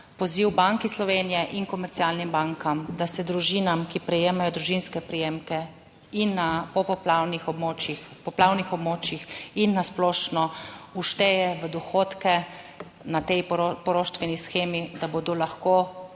poziv Banki Slovenije in komercialnim bankam, da se družinam, ki prejemajo družinske prejemke in na popoplavnih območjih, poplavnih območjih in na splošno všteje v dohodke na tej poroštveni shemi, da bodo lahko